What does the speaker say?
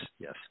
Yes